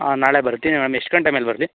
ಹಾಂ ನಾಳೆ ಬರ್ತೀನಿ ಮ್ಯಾಮ್ ಎಷ್ಟು ಗಂಟೆ ಮೇಲೆ ಬರಲಿ